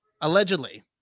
allegedly